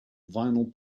vinyl